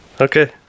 Okay